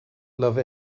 love